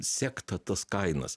sekt ta tas kainos